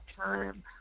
time